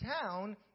town